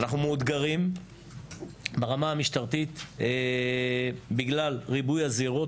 אנחנו מאותגרים ברמה המשטרתית בגלל ריבוי הזירות.